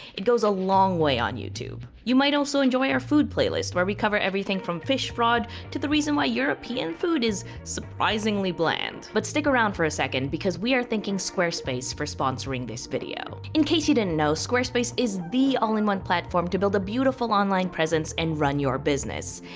it goes a long way on youtube. you might also enjoy our food playlist, where we cover everything from fish fraud to the reason why european food is surprisingly bland, but stick around for a second because we are thanking squarespace for sponsoring this video. in case you didn't know, squarespace is the all-in-one platform to build a beautiful online presence and run your business.